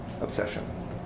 obsession